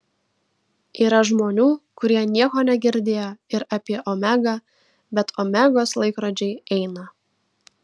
yra žmonių kurie nieko negirdėjo ir apie omegą bet omegos laikrodžiai eina